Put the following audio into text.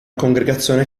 congregazione